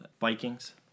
Vikings